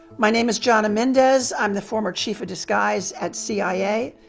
my name is jonna mendez. i'm the former chief of disguise at cia.